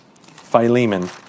Philemon